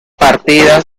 partida